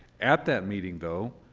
at that meeting, though,